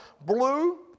blue